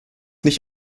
nicht